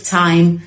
time